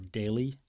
daily